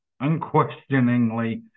unquestioningly